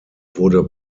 wurde